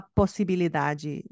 possibilidade